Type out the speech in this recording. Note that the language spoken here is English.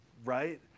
Right